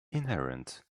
inherent